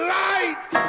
light